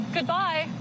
Goodbye